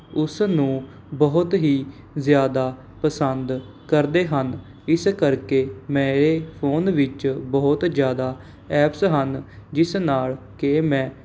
ਉਸ ਨੂੰ ਬਹੁਤ ਹੀ ਜ਼ਿਆਦਾ ਪਸੰਦ ਕਰਦੇ ਹਨ ਇਸ ਕਰਕੇ ਮੇਰੇ ਫ਼ੋਨ ਵਿੱਚ ਬਹੁਤ ਜ਼ਿਆਦਾ ਐਪਸ ਹਨ ਜਿਸ ਨਾਲ਼ ਕਿ ਮੈਂ